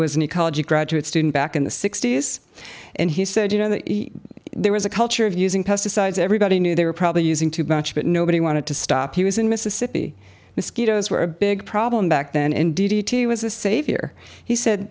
was an ecology graduate student back in the sixty's and he said you know that there was a culture of using pesticides everybody knew they were probably using too much but nobody wanted to stop he was in mississippi mosquitoes were a big problem back then in d d t was a savior he said